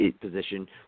position